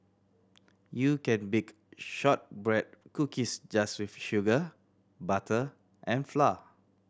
you can bake shortbread cookies just with sugar butter and flour